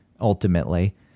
ultimately